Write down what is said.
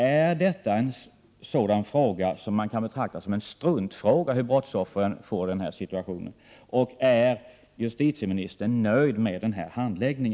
Är frågan om brottsoffrens situation sådan att den kan betraktas som en struntfråga? Är justitieministern nöjd med denna handläggning?